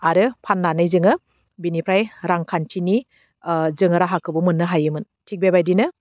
आरो फाननानै जोङो बिनिफ्राय रांखान्थिनि ओह जोङो राहाखौबो मोननो हायोमोन थिक बेबायदिनो